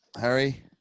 Harry